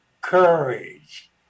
courage